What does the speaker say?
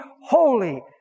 holy